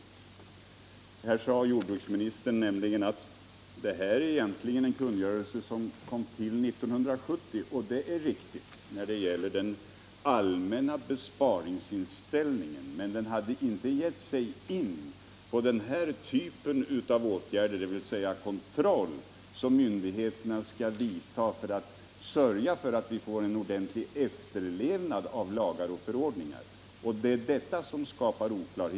Jordbruksministern sade att denna kungörelse kom till 1970, och det Nr 7 är riktigt. Men den avsåg då inte den nu aktuella typen av åtgärder, Torsdagen den dvs. den kontroll som myndigheterna skall vidta för att sörja för att 13 oktober 1977 vi får en ordentlig efterlevnad av lagar och förordningar. Det ärdebe= I stämmelser den nuvarande regeringen tillfogat som skapar oklarhet.